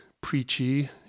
preachy